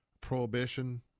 Prohibition